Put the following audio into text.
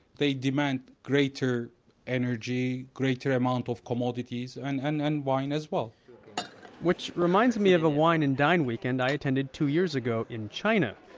they demand greater energy, greater amount of commodities, and and and wine as well which reminds me of a wine-and-dine weekend i attended two years ago in china.